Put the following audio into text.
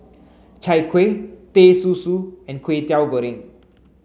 Chai Kuih Teh Susu and Kway Teow Goreng